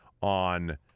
on